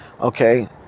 okay